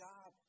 God